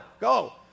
Go